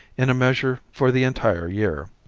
in a measure, for the entire year.